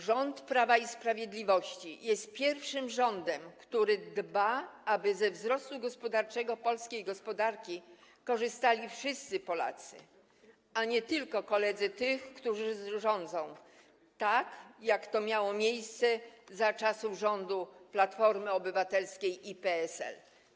Rząd Prawa i Sprawiedliwości jest pierwszym rządem, który dba o to, aby ze wzrostu gospodarczego polskiej gospodarki korzystali wszyscy Polacy, a nie tylko koledzy tych, którzy rządzą, tak jak to miało miejsce za czasów rządów Platformy Obywatelskiej i PSL.